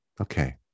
Okay